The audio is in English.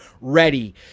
ready